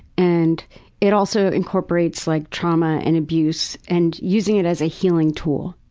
and it also incorporates like trauma and abuse and using it as a healing tool.